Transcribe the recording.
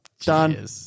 done